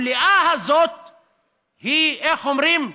הפליאה הזאת היא, איך אומרים?